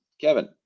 Kevin